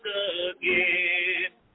again